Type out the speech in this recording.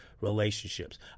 relationships